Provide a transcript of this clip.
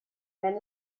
wenn